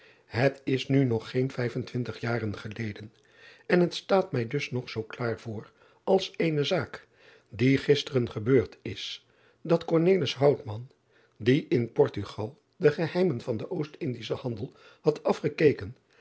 et is nu nog geen vijf en twintig jaren geleden en het staat mij dus nog zoo klaar voor als eene zaak die gisteren gebeurd is dat driaan oosjes zn et leven van aurits ijnslager die in ortugal de geheimen van den ostindischen handel had afgekeken